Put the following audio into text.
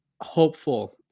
hopeful